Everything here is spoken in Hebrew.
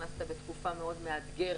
נכנסת בתקופה מאוד מאתגרת.